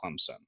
Clemson